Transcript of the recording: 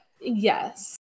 Yes